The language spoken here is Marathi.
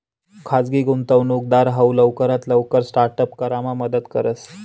खाजगी गुंतवणूकदार हाऊ लवकरात लवकर स्टार्ट अप करामा मदत करस